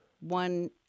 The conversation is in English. one